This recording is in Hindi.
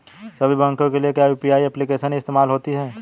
सभी बैंकों के लिए क्या यू.पी.आई एप्लिकेशन ही इस्तेमाल होती है?